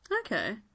okay